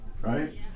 right